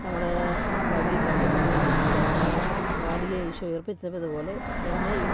നമ്മുടെ ബൈബിളിൽ പറഞ്ഞേൽക്കുന്നത് മരിച്ച ബാലികയെ ഈശോ ഉയർപ്പിച്ചത് പോലെ എന്നെയും